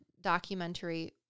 documentary